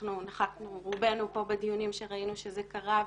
רובנו נכחנו בדיונים שראינו שזה קרה,